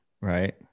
right